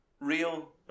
real